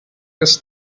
ist